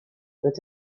that